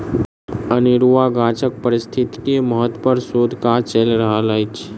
अनेरुआ गाछक पारिस्थितिकीय महत्व पर शोध काज चैल रहल अछि